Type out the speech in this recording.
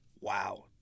wow